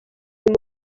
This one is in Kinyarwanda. uyu